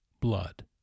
blood